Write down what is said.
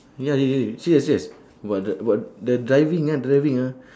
ya really serious serious about the about the driving ah driving ah